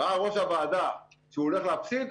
ראה ראש הוועדה שהוא הולך להפסיד,